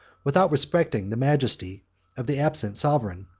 without respecting the majesty of the absent sovereign,